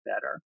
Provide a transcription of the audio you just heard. better